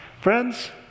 friends